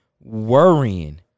worrying